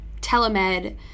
telemed